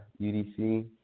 UDC